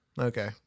okay